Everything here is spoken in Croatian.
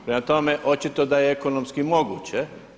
Prema tome, očito da je ekonomski moguće.